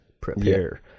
prepare